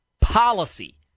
policy